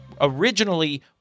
originally